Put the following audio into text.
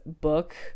book